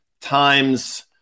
times